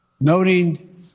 noting